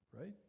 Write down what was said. Right